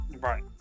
right